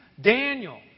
Daniel